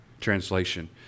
Translation